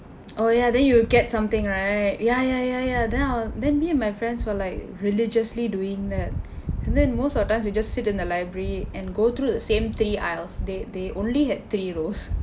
oh ya then you will get something right ya ya ya ya then I'll then me and my friends will like religiously doing that and then most of the times we just sit in the library and go through the same three aisles they they only had three rows